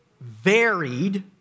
varied